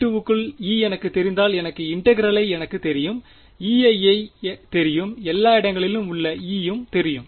V2 க்குள் E எனக்குத் தெரிந்தால் எனக்கு இண்டெகிரெளை எனக்கு தெரியும் Ei ஐ தெரியும் எல்லா இடங்களிலும் உள்ள E யும் தெரியும்